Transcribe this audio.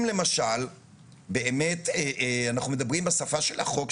אם למשל באמת אנחנו מדברים בשפה של החוק,